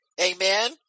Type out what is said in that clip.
Amen